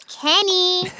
Kenny